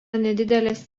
nedidelės